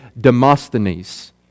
Demosthenes